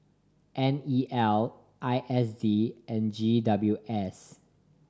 N E L I S D and G W S